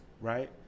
right